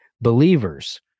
Believers